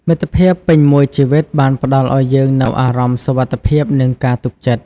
មិត្តភាពពេញមួយជីវិតបានផ្តល់ឲ្យយើងនូវអារម្មណ៍សុវត្ថិភាព និងការទុកចិត្ត។